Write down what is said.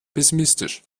pessimistisch